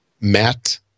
Matt